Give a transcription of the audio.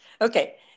Okay